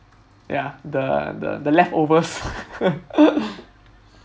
ya the the the leftovers